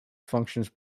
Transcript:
functions